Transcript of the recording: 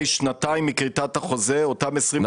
שנתיים מכריתת החוזה אותם 20% לא מוצמדים?